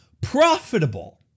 profitable